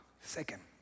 Second